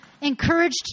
encouraged